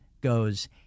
goes